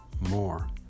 more